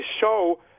show